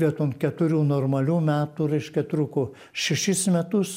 vieton keturių normalių metų reiškia truko šešis metus